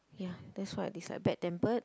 ya that's why I dislike bad tempered